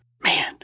man